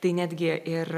tai netgi ir